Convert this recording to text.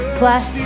plus